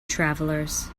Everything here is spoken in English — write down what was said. travelers